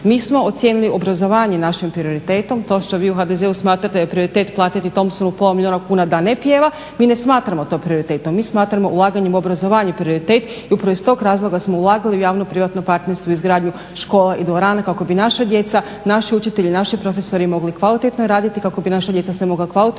Mi smo ocijenili obrazovanje našim prioritetom. To što vi u HDZ-u smatrate da je prioritet platiti Tompsonu pola milijuna kuna da ne pjeva mi ne smatramo to prioritetom. Mi smatramo ulaganje u obrazovanje prioritet i upravo iz tog razloga smo ulagali u javno-privatno partnerstvo u izgradnju škole i dvorane kako bi naša djeca, naši učitelji, naši profesori mogli kvalitetno raditi, kako bi naša djeca se mogla kvalitetno